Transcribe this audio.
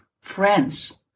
Friends